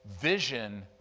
Vision